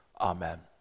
Amen